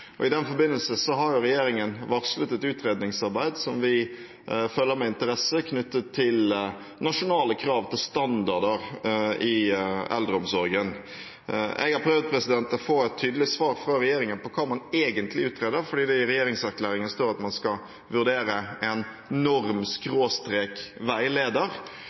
I den forbindelse har regjeringen varslet et utredningsarbeid som vi følger med interesse, knyttet til nasjonale krav til standarder i eldreomsorgen. Jeg har prøvd å få et tydelig svar fra regjeringen på hva man egentlig utreder, for i regjeringserklæringen står det at man skal vurdere en norm/veileder. Det er himmelvid forskjell på en bemanningsnorm og en veileder.